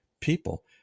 people